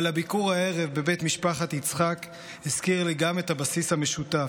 אבל הביקור הערב בבית משפחת יצחק הזכיר לי גם את הבסיס המשותף,